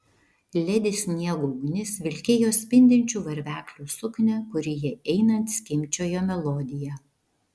ledi sniego ugnis vilkėjo spindinčių varveklių suknią kuri jai einant skimbčiojo melodiją